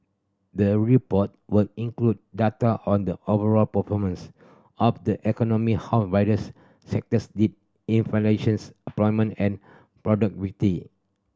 the report will include data on the overall performance of the economy how various sectors did inflation employment and